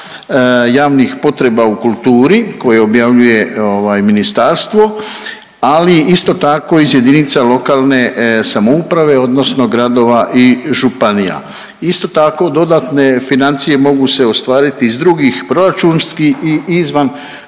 javnih potreba u kulturi koje objavljuje ministarstvo, ali isto tako iz jedinica lokalne samouprave, odnosno gradova i županija. Isto tako dodatne financije mogu se ostvariti iz drugih proračunskih i izvan